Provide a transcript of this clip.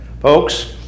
Folks